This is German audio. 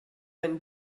ein